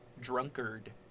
drunkard